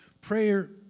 Prayer